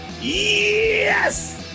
Yes